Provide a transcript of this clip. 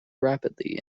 rapidly